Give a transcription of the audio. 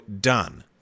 done